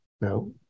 no